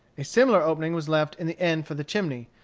a similar opening was left in the end for the chimney,